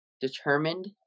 determined